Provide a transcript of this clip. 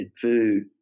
food